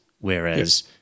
whereas